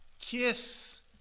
Kiss